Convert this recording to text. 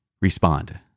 respond